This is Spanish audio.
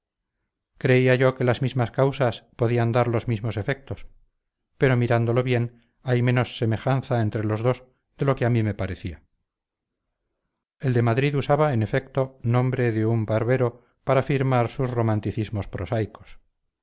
creía yo que las mismas causas podían dar los mismos efectos pero mirándolo bien hay menos semejanza entre los dos de lo que a mí me parecía el de madrid usaba en efecto nombre de un barbero para firmar sus romanticismos prosaicos